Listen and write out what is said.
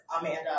Amanda